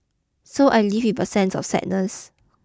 so I leave with a sense of sadness